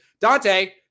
Dante